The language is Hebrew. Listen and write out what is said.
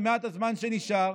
במעט הזמן שנשאר,